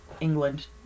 England